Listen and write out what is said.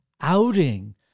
outing